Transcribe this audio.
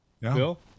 Bill